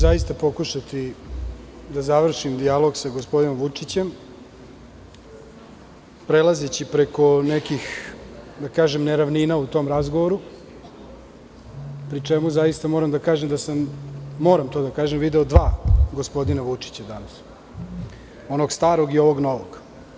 Zaista ću pokušati da završim dijalog sa gospodinom Vučićem, prelazeći preko nekih neravnina u tom razgovoru, pri čemu zaista moram da kažem da sam video dva gospodina Vučića danas, onog starog i ovog novog.